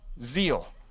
zeal